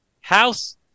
House